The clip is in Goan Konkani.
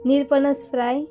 निरपनस फ्राय